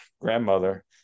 grandmother